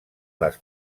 les